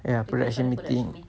ya production meeting